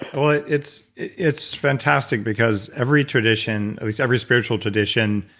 but it's it's fantastic because every tradition, at least every spiritual tradition,